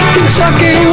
Kentucky